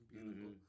beautiful